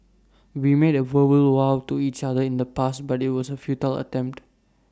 we made verbal vows to each other in the past but IT was A futile attempt